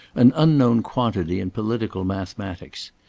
an unknown quantity in political mathematics.